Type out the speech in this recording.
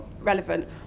relevant